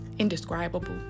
Indescribable